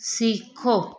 सिखो